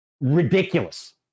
ridiculous